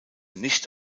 nicht